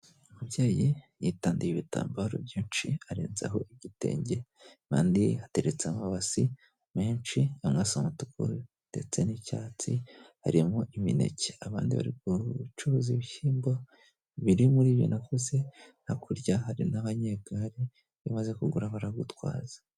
Umubyeyi yitandiye ibitambaro byinshi arenzaho igitenge, abandi bateretse amabasi menshi, amwe asa umutuku ndetse n'icyatsi harimo imineke. Abandi bari gucuruza ibishyimbo biri muri ibi navuze, hakurya hari n'abanyegare, iyo umaze kugura baragutwaza.